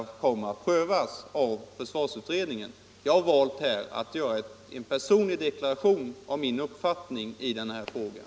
Frågan skall prövas av försvarsutredningen. Jag har här valt att göra en personlig deklaration i den här frågan.